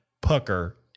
pucker